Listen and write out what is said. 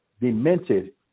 Demented